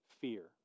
fear